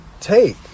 take